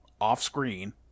off-screen